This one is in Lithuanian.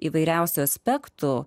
įvairiausių aspektų